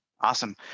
Awesome